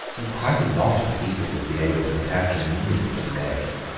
and quite a lot of people would be able to attach a meaning to the name.